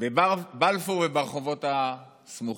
בבלפור וברחובות הסמוכים.